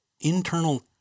internal